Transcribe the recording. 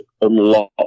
unlock